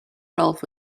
ralph